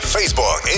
Facebook